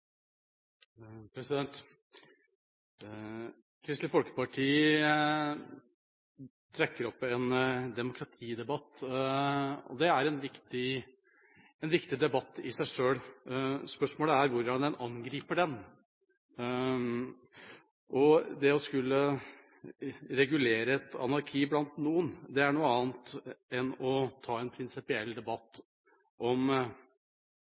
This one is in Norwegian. Kristelig Folkeparti trekker opp en demokratidebatt, og det er en viktig debatt i seg sjøl. Spørsmålet er hvordan en angriper den. Det å skulle regulere et anarki blant noen, er noe annet enn å ta en prinsipiell debatt om